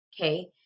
okay